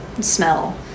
smell